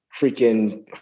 freaking